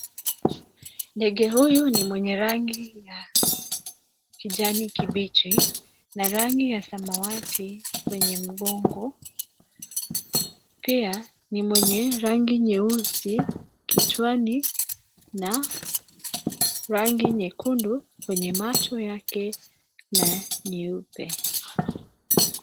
Ndege huyu ni mwenye rangi ya kijani kibichi na rangi ya samawati kwenye mgongo. Pia ni mwenye rangi nyeusi kichwani na rangi nyekundu kwenye macho yake na nyeupe.